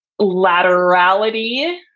laterality